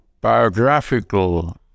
biographical